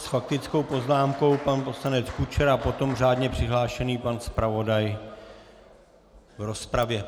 S faktickou poznámkou pan poslanec Kučera, potom řádně přihlášený pan zpravodaj v rozpravě.